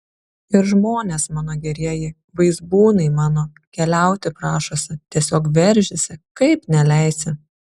ir žmonės mano gerieji vaizbūnai mano keliauti prašosi tiesiog veržiasi kaip neleisi